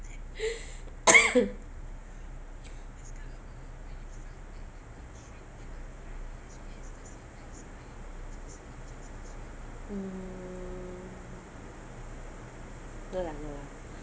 um no lah no